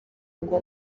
ngo